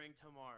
Tomorrow